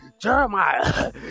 Jeremiah